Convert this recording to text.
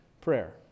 prayer